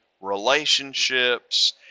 relationships